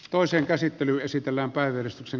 asian käsittely keskeytetään